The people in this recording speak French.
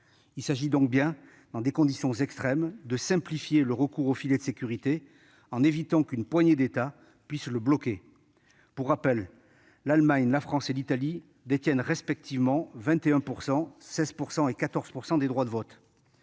Il s'agit donc bien, dans des circonstances extrêmes, de simplifier le recours au filet de sécurité, en évitant qu'une poignée d'États puisse en bloquer le fonctionnement. Pour rappel, l'Allemagne, la France et l'Italie détiennent respectivement 21 %, 16 % et 14 % des droits de vote.